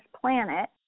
planet